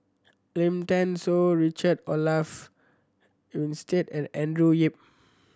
Lim Thean Soo Richard Olaf Winstedt and Andrew Yip